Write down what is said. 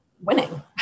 winning